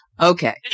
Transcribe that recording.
Okay